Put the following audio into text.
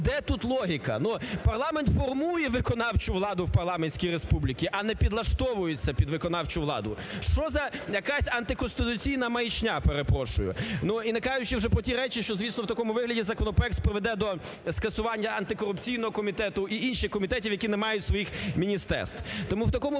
де тут логіка? Ну, парламент формує виконавчу владу в парламентській республіці, а не підлаштовується під виконавчу владу. Що за якась антиконституційна маячня, перепрошую? Ну, і не кажучи вже про ті речі, що, звісно, в такому вигляді законопроект приведе до скасування антикорупційного комітету і інших комітетів, які не мають своїх міністерств. Тому в такому вигляді,